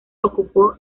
ocupó